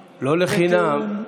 בתיאום,